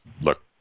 look